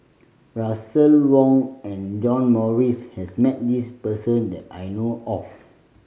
Russel Wong and John Morrice has met this person that I know of